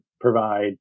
provide